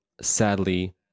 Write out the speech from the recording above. sadly